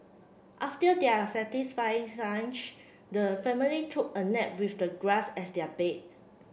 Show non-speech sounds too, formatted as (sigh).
after their satisfying (unintelligible) lunch the family took a nap with the grass as their bed